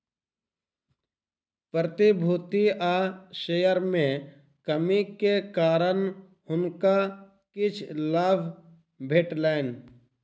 प्रतिभूति आ शेयर में कमी के कारण हुनका किछ लाभ भेटलैन